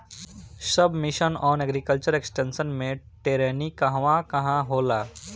सब मिशन आन agriculture extension मै टेरेनीं कहवा कहा होला?